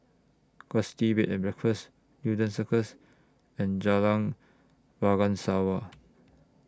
Gusti Bed and Breakfast Newton Circus and Jalan